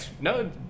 No